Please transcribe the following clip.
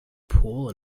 pool